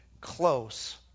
close